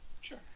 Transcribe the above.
Sure